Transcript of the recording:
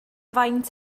faint